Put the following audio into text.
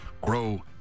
grow